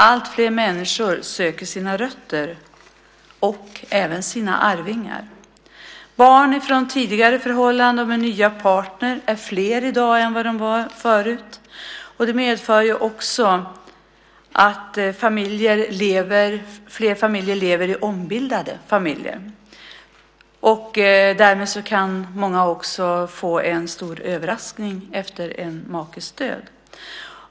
Alltfler söker sina rötter och även sina arvingar. Barn från tidigare förhållanden och med nya partner är i dag fler än tidigare, vilket medför att fler lever i ombildade familjer. Därmed kan många också få en stor överraskning efter en makes död.